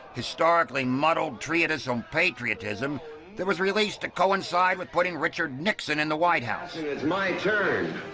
historically-muddled treatise on patriotism that was released to coincide with putting richard nixon in the white house. and it's my turn.